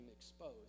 exposed